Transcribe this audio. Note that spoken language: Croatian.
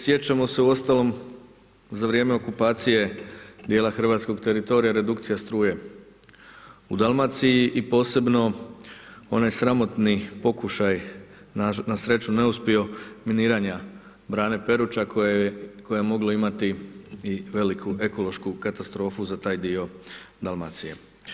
Sjećamo se uostalom za vrijeme okupacije dijela hrvatskog teritorija redukcija struje u Dalmaciji i posebno one sramotni pokušaj, na sreću neuspio miniranje brane Peruća koje je moglo imati i veliku ekološku katastrofu za taj dio Dalmacije.